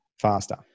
faster